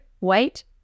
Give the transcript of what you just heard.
wait